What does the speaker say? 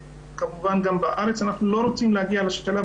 כמובן גם בארץ אנחנו לא רוצים להגיע לשלב